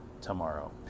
tomorrow